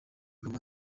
goma